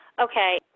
okay